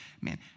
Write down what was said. Man